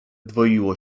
dwoiło